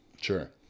Sure